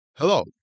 Hello